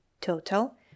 total